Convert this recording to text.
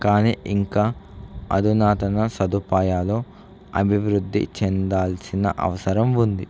కానీ ఇంకా అధునాతన సదుపాయాలు అభివృద్ధి చెందాల్సిన అవసరం ఉంది